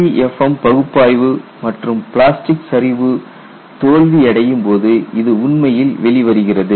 LEFM பகுப்பாய்வு மற்றும் plastic சரிவு தோல்வியடையும் போது இது உண்மையில் வெளிவருகிறது